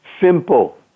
simple